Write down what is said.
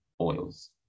oils